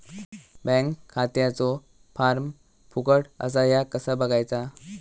Bank खात्याचो form फुकट असा ह्या कसा बगायचा?